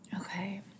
Okay